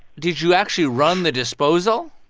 did you actually run the disposal?